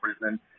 prison